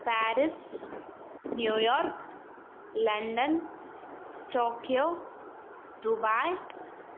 Paris New York London Tokyo Dubai